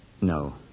No